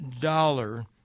dollar